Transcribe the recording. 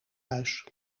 huis